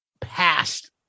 past